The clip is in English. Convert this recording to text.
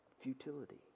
futility